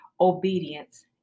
obedience